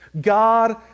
God